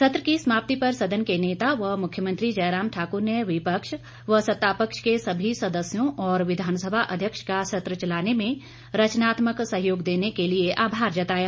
सत्र की समाप्ति पर सदन के नेता व मुख्यमंत्री जयराम ठाक्र ने विपक्ष व सत्ता पक्ष के सभी सदस्यों और विधानसभा अध्यक्ष का सत्र चलाने में रचनात्मक सहयोग देने के लिए आभार जताया